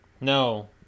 No